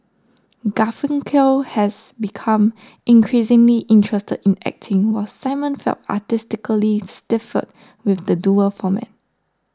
Garfunkel had become increasingly interested in acting while Simon felt artistically stifled within the duo format